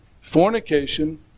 fornication